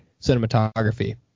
cinematography